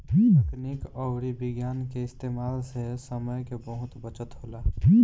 तकनीक अउरी विज्ञान के इस्तेमाल से समय के बहुत बचत होला